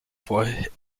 for